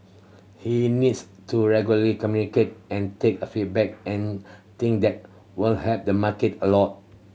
he needs to regularly communicate and take a feedback and think that will help the market a lot